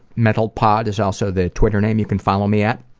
mentalpod is also the twitter name you can follow me at.